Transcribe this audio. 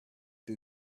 two